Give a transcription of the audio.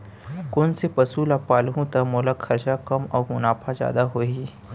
कोन से पसु ला पालहूँ त मोला खरचा कम अऊ मुनाफा जादा होही?